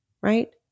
right